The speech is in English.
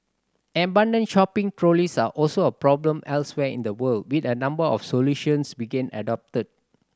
abandoned shopping trolleys are also a problem elsewhere in the world with a number of solutions being adopted